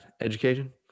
education